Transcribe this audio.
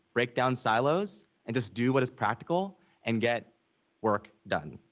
break down silos and just do what is practical and get work done.